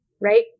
Right